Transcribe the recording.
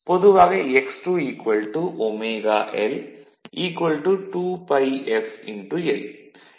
பொதுவாக x2 ω L 2 π f L